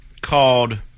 called